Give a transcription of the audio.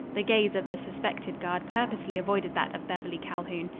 the gaze of the suspected guard purposely avoided that of beverly calhoun.